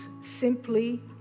simply